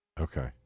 Okay